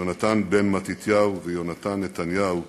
יונתן בן מתתיהו ויונתן נתניהו,